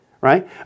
right